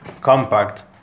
Compact